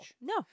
No